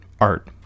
art